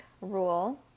rule